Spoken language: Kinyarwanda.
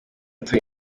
turi